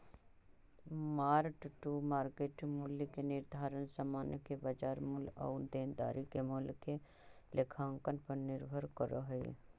mark to market मूल्य के निर्धारण समान के बाजार मूल्य आउ देनदारी के मूल्य के लेखांकन पर निर्भर करऽ हई